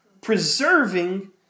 Preserving